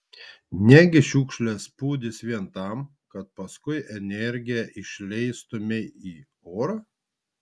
negi šiukšles pūdys vien tam kad paskui energiją išleistumei į orą